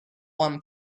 one